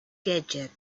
gadgets